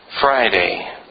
Friday